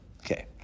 Okay